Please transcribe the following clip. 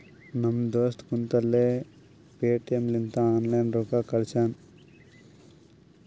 ನಮ್ ದೋಸ್ತ ಕುಂತಲ್ಲೇ ಪೇಟಿಎಂ ಲಿಂತ ಆನ್ಲೈನ್ ರೊಕ್ಕಾ ಕಳ್ಶ್ಯಾನ